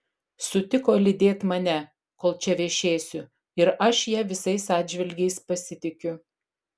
sutiko lydėt mane kol čia viešėsiu ir aš ja visais atžvilgiais pasitikiu